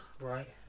right